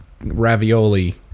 Ravioli